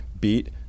beat